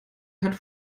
hat